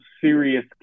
serious